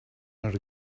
not